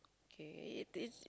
okay this